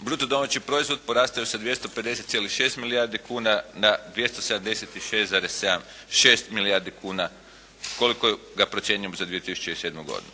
bruto domaći proizvod porastao je sa 250,6 milijardi kuna na 276,6 milijardi kuna koliko ga procjenjujemo za 2007. godinu.